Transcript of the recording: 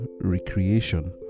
recreation